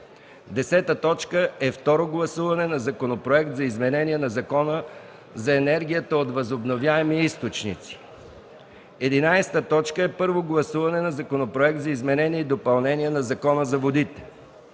растенията. 10. Второ гласуване на Законопроекта за изменение на Закона за енергията от възобновяеми източници. 11. Първо гласуване на Законопроекта за изменение и допълнение на Закона за водите.